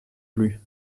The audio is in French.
plus